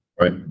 right